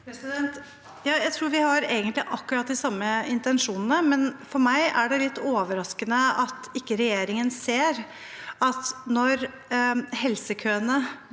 Jeg tror vi egentlig har akkurat de samme intensjonene, men for meg er det litt overraskende at regjeringen ikke ser at når helsekøene